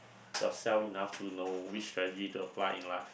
yourself enough to know which strategy to apply in life